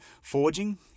forging